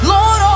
Lord